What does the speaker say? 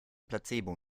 placebo